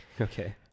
Okay